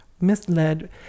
Misled